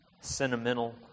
sentimental